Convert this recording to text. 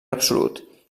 absolut